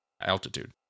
altitude